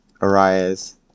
Arias